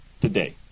today